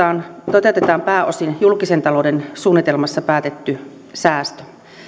toteutetaan pääosin julkisen talouden suunnitelmassa päätetty säästö